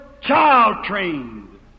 child-trained